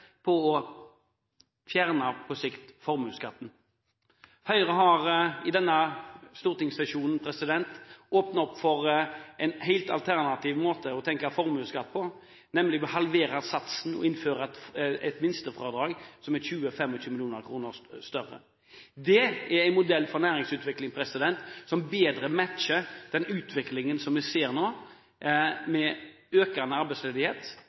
denne stortingssesjonen åpnet opp for en alternativ måte å tenke formuesskatt på, nemlig å halvere satsen og innføre et minstefradrag som er 20–25 mill. kr større. Det er en modell for næringsutvikling som bedre matcher den utviklingen som vi ser nå, med økende arbeidsledighet